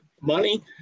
money